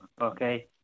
okay